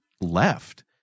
left